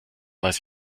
weiß